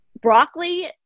broccoli